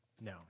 No